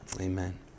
Amen